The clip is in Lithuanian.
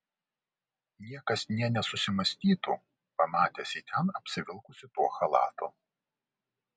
niekas nė nesusimąstytų pamatęs jį ten apsivilkusį tuo chalatu